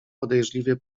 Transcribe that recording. podejrzliwie